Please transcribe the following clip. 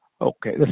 Okay